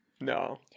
no